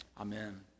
Amen